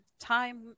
Time